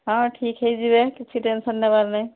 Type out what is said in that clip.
ହଁ ଠିକ୍ ହୋଇଯିବେ କିଛି ଟେନ୍ସନ୍ ନେବାର ନାହିଁ